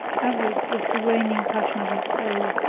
avarice was the reigning passion of his soul,